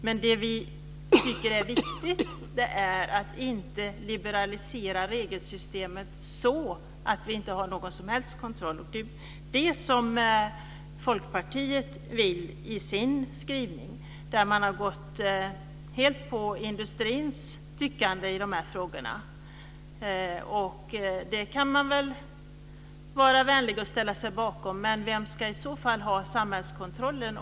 Men det som vi tycker är viktigt är att regelsystemet inte liberaliseras så att det inte blir någon som helst kontroll. Det är det som Folkpartiet vill i sin skrivning. Där har man gått helt på industrins linje i de här frågorna. Det kan man väl vara vänlig nog att ställa sig bakom. Men vem ska i så fall ha samhällskontrollen?